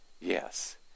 Yes